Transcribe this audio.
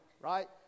right